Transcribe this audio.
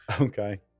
Okay